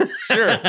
Sure